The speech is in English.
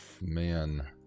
Man